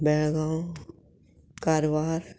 Belgaum Karwar